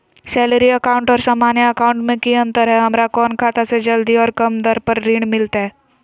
Salary account और सामान्य account मे की अंतर है हमरा कौन खाता से जल्दी और कम दर पर ऋण मिलतय?